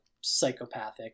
psychopathic